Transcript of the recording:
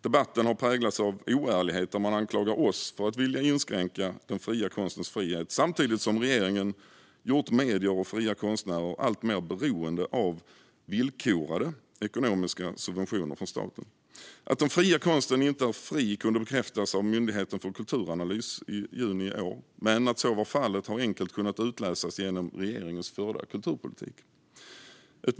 Debatten har präglats av oärlighet. Man har anklagat oss för att vilja inskränka den fria konstens frihet, samtidigt som regeringen gjort medier och fria konstnärer alltmer beroende av villkorade ekonomiska subventioner från staten. Att den fria konsten inte är fri kunde bekräftas av Myndigheten för kulturanalys i juni i år, men att så var fallet har enkelt kunnat utläsas genom regeringens förda kulturpolitik.